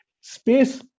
space